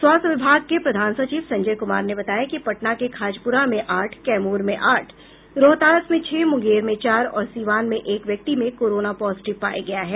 स्वास्थ्य विभाग के प्रधान सचिव संजय कुमार ने बताया कि पटना के खाजपुरा में आठ कैमूर में आठ रोहतास में छह मुंगेर में चार और सिवान में एक व्यक्ति में कोरोना पॉजिटिव पाया गया है